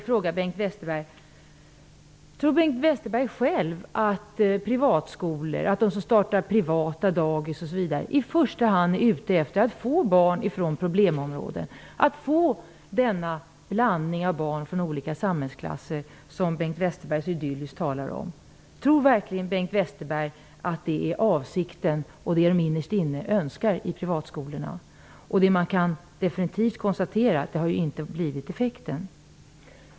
Tror Bengt Westerberg själv att de som leder privata skolor och de som startar privata dagis i första hand är ute efter att få barn från problemområden, dvs. att få denna blandning av barn från olika samhällsklasser som Bengt Westerberg så idylliskt talar om? Tror verkligen Bengt Westerberg att det är avsikten och att det är vad de som driver privata skolor innerst inne önskar? Det går definitivt att konstatera att så har inte blivit effekten.